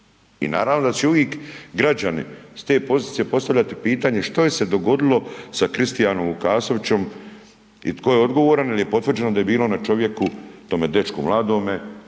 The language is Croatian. I naravno da će uvik građani s te pozicije postavljati pitanje što je se dogodilo sa Kristijanom Vukasovićem i tko je odgovoran jel je potvrđeno da je bilo na čovjeku, tome dečku mladome